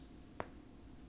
no